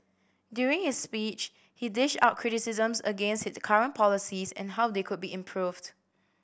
during his speech he dished out criticisms against the current policies and how they could be improved